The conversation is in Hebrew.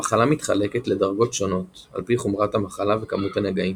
המחלה מתחלקת לדרגות שונות על פי חומרת המחלה וכמות הנגעים,